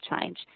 change